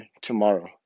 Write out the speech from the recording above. tomorrow